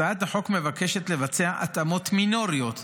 הצעת החוק מבקשת לבצע התאמות מינוריות: